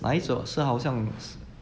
那一种是好像 s~